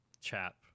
Chap